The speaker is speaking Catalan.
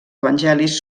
evangelis